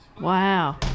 Wow